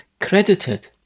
credited